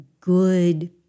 good